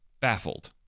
baffled